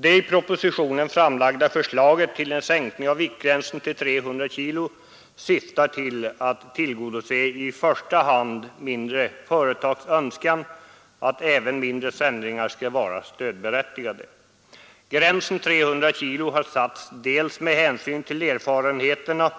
Det i propositionen framlagda förslaget till en sänkning av viktgränsen till 300 kg syftar till att tillgodose i första hand mindre företags önskan att även mindre sändningar skall vara stödberättigade. Gränsen 300 kg har satts dels med hänsyn till erfarenheterna,